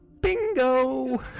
Bingo